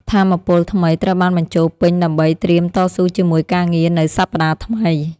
ថាមពលថ្មីត្រូវបានបញ្ចូលពេញដើម្បីត្រៀមតស៊ូជាមួយការងារនៅសប្តាហ៍ថ្មី។